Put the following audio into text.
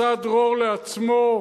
עשה דרור לעצמו,